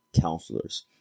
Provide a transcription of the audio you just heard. counselors